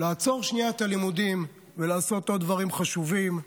לעצור שנייה את הלימודים ולעשות עוד דברים חשובים,